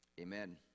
amen